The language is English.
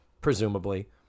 presumably